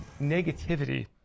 negativity